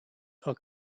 are